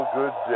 good